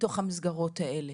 בתוך המסגרות האלה.